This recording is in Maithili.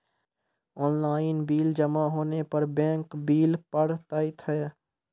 ऑनलाइन बिल जमा होने पर बैंक बिल पड़तैत हैं?